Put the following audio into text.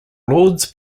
lords